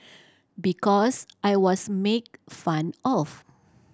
because I was make fun of